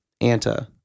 Anta